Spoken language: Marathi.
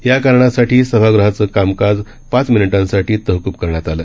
याकारणासाठीसभागृहाचंकामकाजपाचमिनिटांसाठीतहकूबकरण्यातआलं